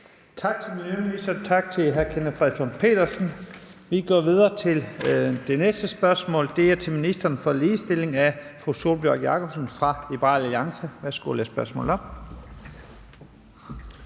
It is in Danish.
Tak til miljøministeren. Tak til hr. Kenneth Fredslund Petersen. Vi går videre til det næste spørgsmål. Det er til ministeren for ligestilling af fru Sólbjørg Jakobsen fra Liberal Alliance. Kl. 15:03 Spm. nr.